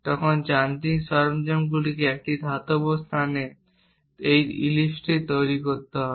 তখন যান্ত্রিক সরঞ্জামগুলিকে একটি ধাতব স্থানে এই ইলিপ্সটি তৈরি করতে হবে